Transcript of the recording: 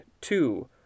two